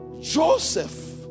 Joseph